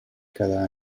cada